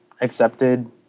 accepted